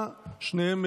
השנייה